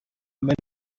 menos